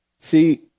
See